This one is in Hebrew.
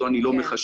אותו אני לא מחשב,